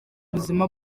ubuzima